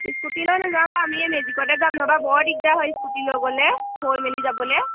স্কটিল ল নযওঁ বা আমি মেজিকতে যাম ন'বা বৰ দিগদাৰ হয় স্কুটি লৈ গ'লে থৈ মেলি যাবলে